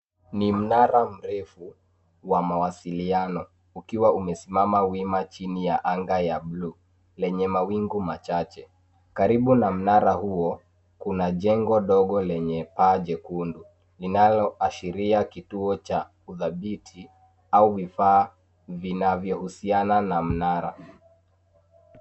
Ni mnara mrefu wa mawasiliano ukiwa umesimama wima chini ya anga ya buluu lenye mawingu machache. Karibu na mnara huo kuna jengo dogo lenye paa jekundu linaloashiria kituo cha udhabiti au vifaa vinavyohusiana na mnara.